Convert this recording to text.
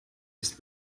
ist